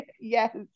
Yes